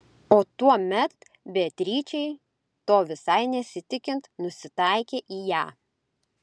o tuomet beatričei to visai nesitikint nusitaikė į ją